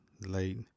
late